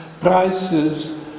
prices